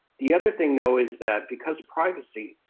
the other thing, though, is that because of privacy,